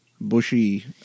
bushy